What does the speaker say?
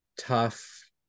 tough